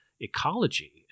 ecology